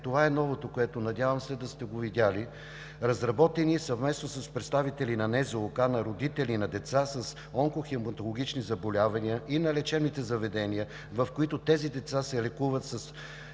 това е новото, което, надявам се, сте видели, разработени съвместно с представители на НЗОК, на родители на деца с онкохематологични заболявания и на лечебните заведения, в които тези деца се лекуват,